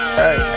hey